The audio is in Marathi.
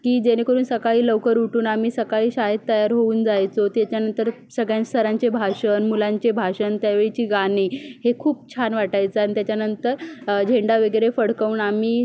की जेणेकरून सकाळी लवकर उठून आम्ही सकाळी शाळेत तयार होऊन जायचो त्याच्यानंतर सगळ्या सरांचे भाषण मुलांचे भाषण त्यावेळची गाणी हे खूप छान वाटायचं आणि त्याच्यानंतर झेंडा वगैरे फडकवून आम्ही